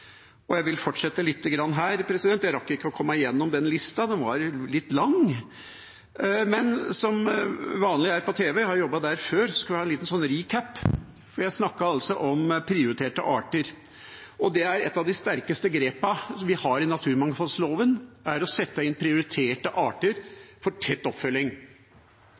og jeg vil fortsette litt her. Jeg rakk ikke å komme gjennom den lista, for den var litt lang. Men slik det er vanlig på tv – der har jeg jobbet før – skal jeg ta en liten «recap». Jeg snakket om prioriterte arter, og et av de sterkeste grepene vi har i naturmangfoldloven, er å sette inn prioriterte arter for tett oppfølging.